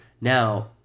Now